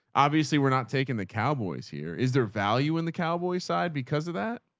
obviously. we're not taking the cowboys here. is there value in the cowboy side because of that?